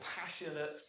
passionate